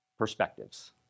Perspectives